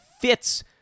fits